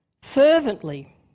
Fervently